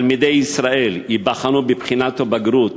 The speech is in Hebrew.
תלמידי ישראל ייבחנו בבחינות הבגרות